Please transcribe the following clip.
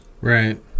Right